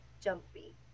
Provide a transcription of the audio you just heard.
jumpy